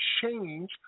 change